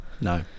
No